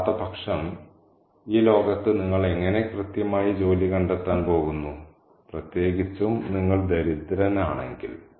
അല്ലാത്തപക്ഷം ഈ ലോകത്ത് നിങ്ങൾ എങ്ങനെ കൃത്യമായി ജോലി കണ്ടെത്താൻ പോകുന്നു പ്രത്യേകിച്ചും നിങ്ങൾ ദരിദ്രനാണെങ്കിൽ